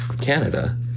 Canada